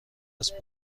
است